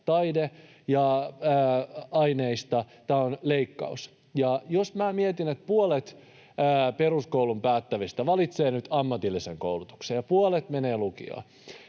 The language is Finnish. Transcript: taideaineista. Jos minä mietin, että puolet peruskoulun päättävistä valitsee nyt ammatillisen koulutuksen — puolet menee lukioon